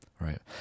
Right